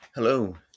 Hello